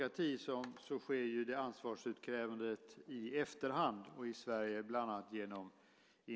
Tredje vice talmannen konstaterade att Göran Hägglund, som framställt interpellation 2005/06:425, inte var närvarande i kammaren.